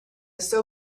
still